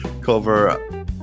cover